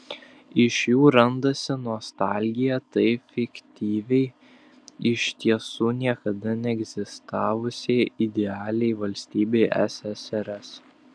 iš jų randasi nostalgija tai fiktyviai iš tiesų niekada neegzistavusiai idealiai valstybei ssrs